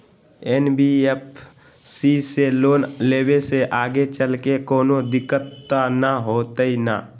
NBFC से loan लेबे से आगेचलके कौनो दिक्कत त न होतई न?